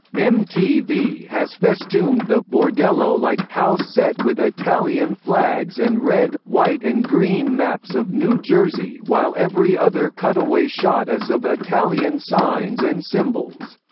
mtv has festooned the bordello-like house set with italian flags and red, white and green maps of new jersey while every other cutaway shot is of italian signs and symbols.